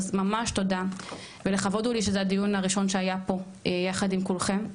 אז ממש תודה ולכבוד הוא לי שזה הדיון הראשון שהיה פה יחד עם כולכם,